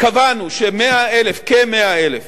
קבענו שכ-100,000